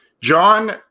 John